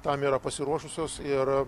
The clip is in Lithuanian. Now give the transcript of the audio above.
tam yra pasiruošusios ir